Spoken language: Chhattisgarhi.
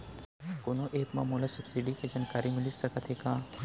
कोनो एप मा मोला सब्सिडी के जानकारी मिलिस सकत हे का?